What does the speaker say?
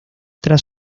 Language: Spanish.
tras